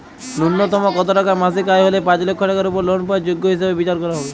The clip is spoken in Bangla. ন্যুনতম কত টাকা মাসিক আয় হলে পাঁচ লক্ষ টাকার উপর লোন পাওয়ার যোগ্য হিসেবে বিচার করা হবে?